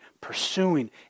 pursuing